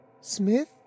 Smith